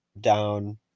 down